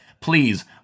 Please